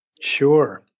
Sure